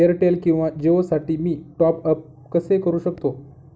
Airtel किंवा जिओसाठी मी टॉप ॲप कसे करु शकतो?